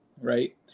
right